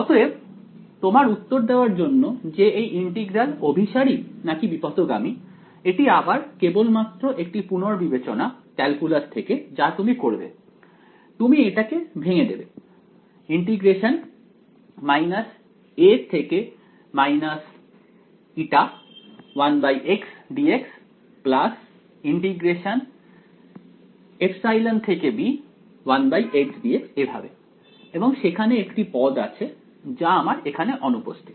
অতএব তোমার উত্তর দেওয়ার জন্য যে এই ইন্টিগ্রাল অভিসারী নাকি বিপথগামী এটি আবার কেবলমাত্র একটি পুনর্বিবেচনা ক্যালকুলাস থেকে যা তুমি করবে তুমি এটাকে ভেঙে দেবে এভাবে এবং সেখানে একটি পদ আছে যা আমার এখানে অনুপস্থিত